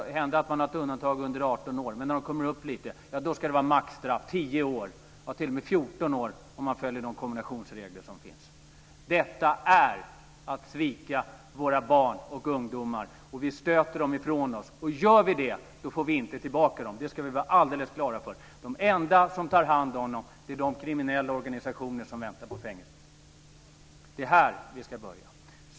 Måhända gör man undantag om ungdomarna är under 18, men när de kommer upp lite i åldern blir det maxstraff på tio år, ja t.o.m. 14 år om man följer de kombinationsregler som finns. Detta är att svika våra barn och ungdomar! Vi stöter dem ifrån oss, och gör vi det så får vi inte tillbaka dem. Det ska vi ha alldeles klart för oss. De enda som tar hand om dem är de kriminella organisationer som väntar på fängelserna. Det är här vi ska börja.